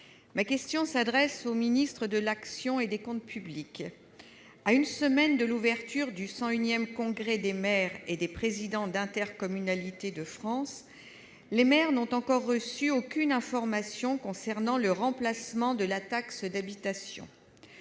Ma question s'adresse à M. le ministre de l'action et des comptes publics. À une semaine de l'ouverture du 101 congrès des maires et des présidents d'intercommunalité de France, les maires n'ont encore reçu aucune information concernant le remplacement de la taxe d'habitation.